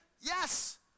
Yes